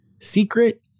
secret